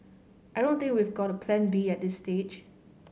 I don't think we've got a Plan B at this stage